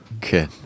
Good